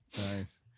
Nice